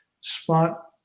spot